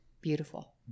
beautiful